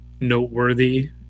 noteworthy